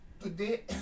Today